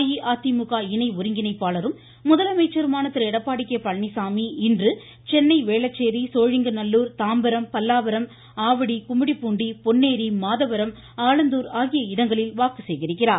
அஇஅதிமுக இணை ஒருங்கிணைப்பாளரும் முதலமைச்சருமான திரு எடப்பாடி கே பழனிச்சாமி இன்று சென்னை வேளச்சேரி சோழிங்கநல்லூர் தாம்பரம் பல்லாவரம் ஆவடி கும்மிடிப்பூண்டி பொன்னேரி மாதவரம் ஆலந்தூர் ஆகிய இடங்களில் வாக்கு சேகரிக்கிறார்